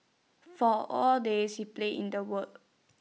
for A day she played in the ward